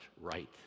right